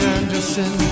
Anderson